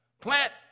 plant